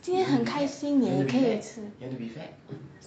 今天很开心你也可以吃